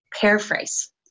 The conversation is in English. paraphrase